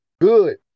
good